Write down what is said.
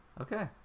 okay